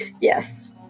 yes